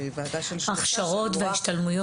שהיא ועדה של שלושה -- הכשרות והשתלמויות.